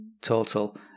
total